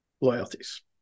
loyalties